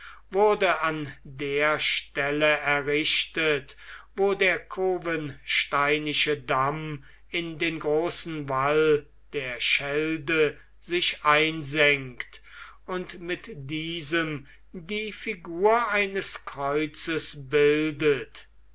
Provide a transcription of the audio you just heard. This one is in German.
wurde an der stelle errichtet wo der cowensteinische damm in den großen wall der schelde sich einsenkt und mit diesem die figur eines kreuzes bildet